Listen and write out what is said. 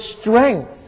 strength